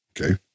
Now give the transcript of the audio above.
okay